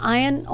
iron